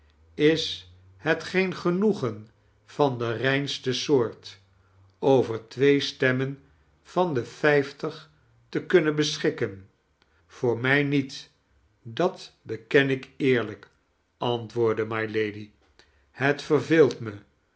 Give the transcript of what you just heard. is het geen genoegen van de reinste soort over twee stemmen van de vijftig te kunnen beschikken voor mij niet dat beken ik eerlijk antwoordde mylady het verveelt me